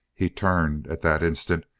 he turned, at that instant,